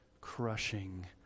crushing